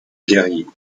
guerriers